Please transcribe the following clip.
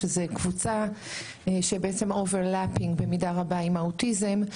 שזאת קבוצה שהיא over lapping במידה רבה עם האוטיזם.